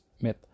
Myth